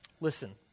Listen